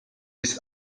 ist